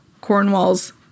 Cornwall's